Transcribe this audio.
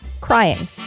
crying